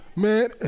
man